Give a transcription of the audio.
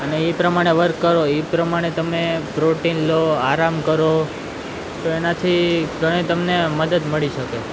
અને એ પ્રમાણે વર્ક કરો એ પ્રમાણે તમે પ્રોટીન લો આરામ કરો તો એનાથી ઘણી તમને મદદ મળી શકે